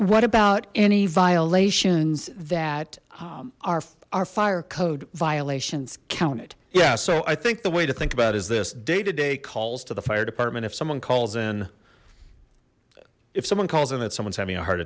what about any violations that are our fire code violations counted yeah so i think the way to think about is this day to day calls to the fire department if someone calls in if someone calls in that someone's having a heart